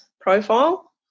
profile